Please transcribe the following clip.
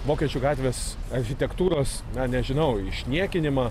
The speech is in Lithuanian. vokiečių gatvės architektūros na nežinau išniekinimą